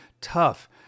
tough